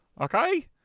Okay